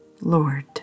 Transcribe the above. Lord